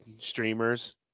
streamers